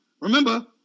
Remember